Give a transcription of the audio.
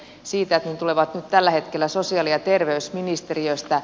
ne tulevat nyt tällä hetkellä sosiaali ja terveysministeriöstä